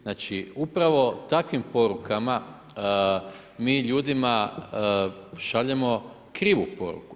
Znači, upravo takvim porukama mi ljudima šaljemo krivu poruku.